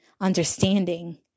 understanding